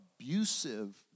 abusive